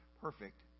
perfect